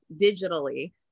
digitally